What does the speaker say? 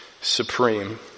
supreme